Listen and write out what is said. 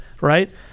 right